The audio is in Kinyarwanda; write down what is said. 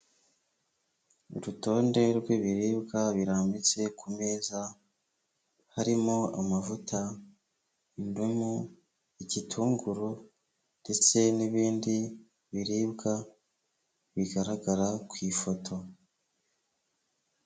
Urutonde rw'ibiribwa birambitse ku meza harimo amavuta, indimu, igitunguru ndetse n'ibindi biribwa bigaragara ku ifoto.